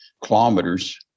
kilometers